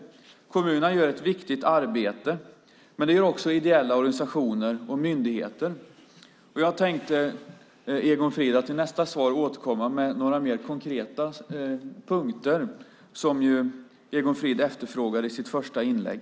Kommunerna gör ett viktigt arbete. Det gör också ideella organisationer och myndigheter. I nästa svar tänker jag, Egon Frid, återkomma med några mer konkreta punkter, som ju Egon Frid efterfrågat i sitt första inlägg.